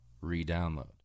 re-download